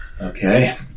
Okay